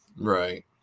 Right